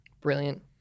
Brilliant